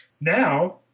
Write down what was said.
Now